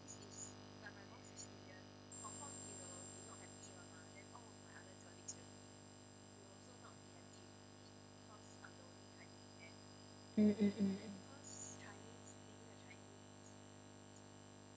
mm mm mm mm